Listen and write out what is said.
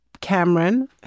Cameron